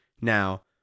now